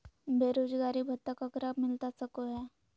बेरोजगारी भत्ता ककरा मिलता सको है?